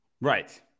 Right